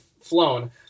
flown